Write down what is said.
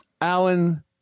Alan